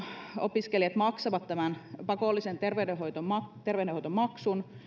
opiskelijat maksavat tämän pakollisen terveydenhoitomaksun terveydenhoitomaksun